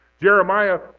Jeremiah